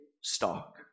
stock